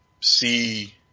see